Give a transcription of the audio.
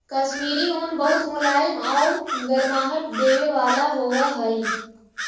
कश्मीरी ऊन बहुत मुलायम आउ गर्माहट देवे वाला होवऽ हइ